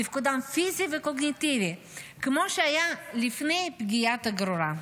תפקוד פיזי וקוגניטיבי כמו שהיה לפני פגיעת הגרורה.